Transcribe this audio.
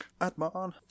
Admon